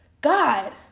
God